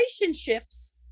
relationships